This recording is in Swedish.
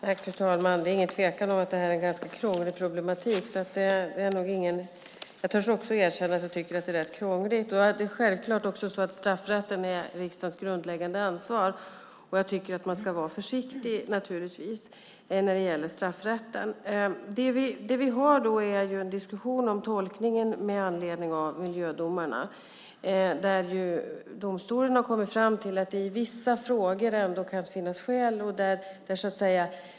Fru talman! Det är ingen tvekan om att det här är ganska krångligt. Jag törs också erkänna att jag tycker att det är rätt krångligt. Det är självklart så att straffrätten är riksdagens grundläggande ansvar. Jag tycker naturligtvis att man ska vara försiktig när det gäller straffrätten. Vi har en diskussion om tolkningen med anledning av miljödomarna. Domstolen har kommit fram till att det i vissa frågor kan finnas skäl.